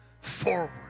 forward